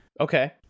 Okay